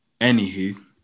Anywho